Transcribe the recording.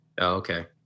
Okay